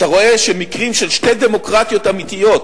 אתה רואה שמקרים של שתי דמוקרטיות אמיתיות,